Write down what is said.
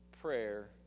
prayer